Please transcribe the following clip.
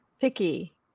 picky